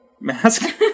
Mask